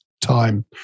time